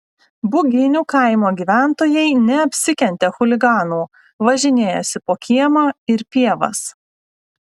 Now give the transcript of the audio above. buginių kaimo gyventojai neapsikentė chuliganų važinėjosi po kiemą ir pievas